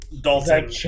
Dalton